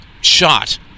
shot